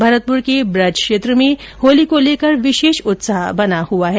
भरतपुर के बुज क्षेत्र में होली को लेकर विशेष उत्साह बना हुआ है